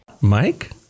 mike